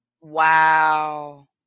Wow